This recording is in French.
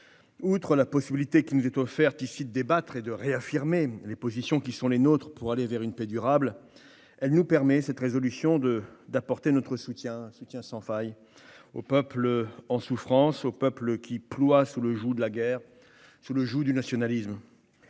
outre la possibilité qui nous est offerte ici de débattre et de réaffirmer les positions qui sont les nôtres pour aller vers une paix durable, elle nous permet d'apporter un soutien sans faille aux peuples en souffrance, aux peuples qui ploient sous le joug de la guerre et du nationalisme.